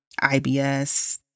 IBS